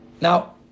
Now